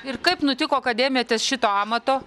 ir kaip nutiko kad ėmėtės šito amato